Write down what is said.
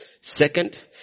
Second